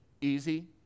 Easy